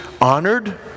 honored